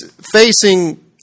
facing